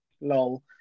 lol